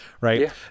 right